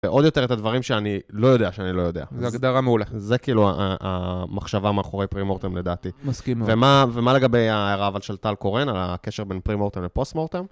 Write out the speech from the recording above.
ועוד יותר את הדברים שאני לא יודע שאני לא יודע. -זו הגדרה מעולה. זה כאילו המחשבה מאחורי פרימורטם לדעתי. מסכים מאוד. ומה לגבי הערה אבל של טל קורן על הקשר בין פרימורטם ופוסט מורטם?